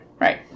Right